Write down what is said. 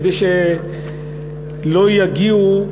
כדי שלא יגיעו,